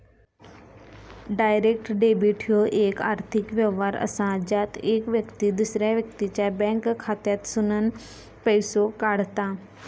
direct debit ह्यो येक आर्थिक व्यवहार असा ज्यात येक व्यक्ती दुसऱ्या व्यक्तीच्या बँक खात्यातसूनन पैसो काढता